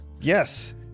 Yes